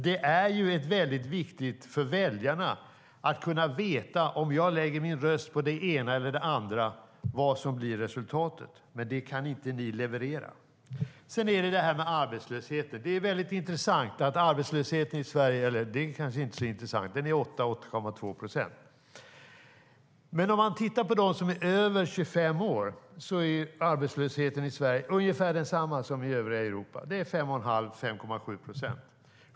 Det är viktigt för väljarna att kunna veta vad som blir resultatet om man lägger sin röst på det ena eller det andra. Men det kan inte ni leverera. Sedan har vi det här med arbetslösheten. Det är intressant - eller det är kanske inte så intressant - att arbetslösheten i Sverige är 8-8,2 procent. Men om man tittar på dem som är över 25 år är arbetslösheten i Sverige ungefär densamma som i övriga Europa - 5,5-5,7 procent.